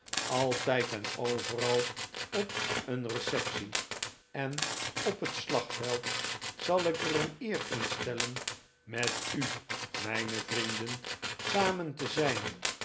altijd en overal op een receptie en op het slagveld zal ik er een eer in stellen met u mijne vrienden samen te zijn